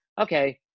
okay